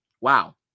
Wow